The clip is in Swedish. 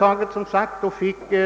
diskussioner om just dessa problem.